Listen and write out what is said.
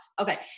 okay